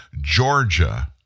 Georgia